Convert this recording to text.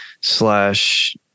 slash